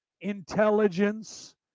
intelligence